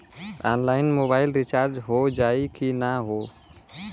Online mobile recharge हो जाई की ना हो?